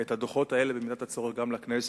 את הדוחות האלה, במידת הצורך גם לכנסת.